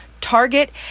Target